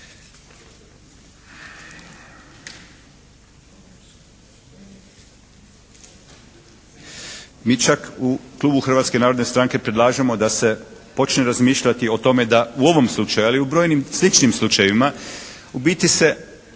Mi čak u klubu Hrvatske narodne stranke predlažemo da se počne razmišljati o tome da u ovom slučaju, ali i u brojnim sličnim slučajevima u biti se